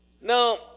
Now